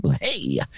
hey